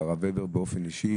והרב הבר באופן אישי